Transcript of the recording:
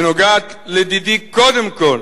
שנוגעת, לדידי, קודם כול